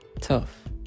tough